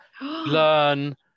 learn